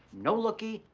no lookie,